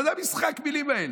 מה זה משחק המילים האלה?